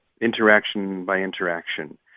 interaction-by-interaction